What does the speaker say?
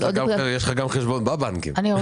יש לך גם חשבון בבנקים.